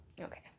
okay